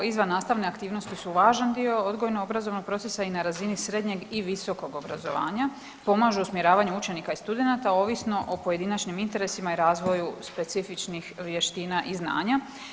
Izvan nastavne aktivnosti su važan dio odgojno obrazovnog procesa i na razini srednjeg i visokog obrazovanja, pomažu usmjeravanju učenika i studenata ovisno o pojedinačnim interesima i razvoju specifičnih vještina i znanja.